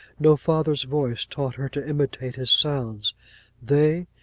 no father's voice taught her to imitate his sounds they,